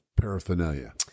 Paraphernalia